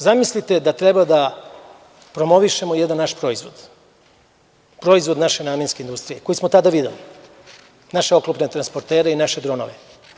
Zamislite da treba da promovišemo jedan naš proizvod, proizvod naše namenske industrije koje smo tada videli, naše oklopne transportere i naše dronove.